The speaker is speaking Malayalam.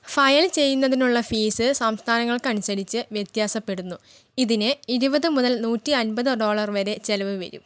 ഫയൽ ചെയ്യുന്നതിനുള്ള ഫീസ് സംസ്ഥാനങ്ങൾക്ക് അനുസരിച്ച് വ്യത്യാസപ്പെടുന്നു ഇതിന് ഇരുപത് മുതൽ നൂറ്റി അൻപത് ഡോളർ വരെ ചിലവ് വരും